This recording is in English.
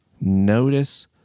Notice